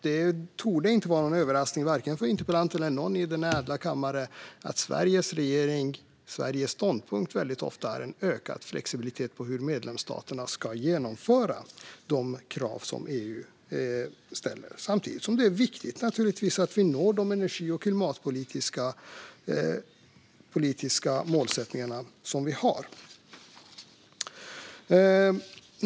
Det torde inte vara någon överraskning för vare sig interpellanten eller någon annan i denna ädla kammare att Sveriges regering ofta har ståndpunkten att det ska vara ökad flexibilitet när det gäller hur medlemsstaterna ska genomföra de krav som EU ställer. Samtidigt är det viktigt att vi når de energi och klimatpolitiska målsättningar som vi har.